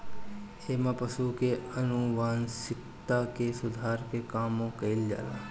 एमे पशु के आनुवांशिकता के सुधार के कामो कईल जाला